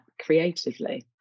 creatively